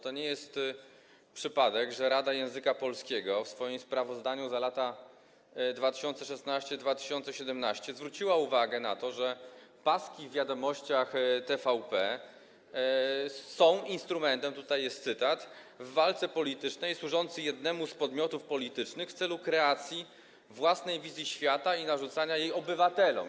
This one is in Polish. To nie jest przypadek, że Rada Języka Polskiego w swoim sprawozdaniu za lata 2016 i 2017 zwróciła uwagę na to, że paski w „Wiadomościach” TVP są instrumentem - tutaj jest cytat - w walce politycznej służącej jednemu z podmiotów politycznych w celu kreacji własnej wizji świata i narzucania jej obywatelom.